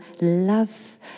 love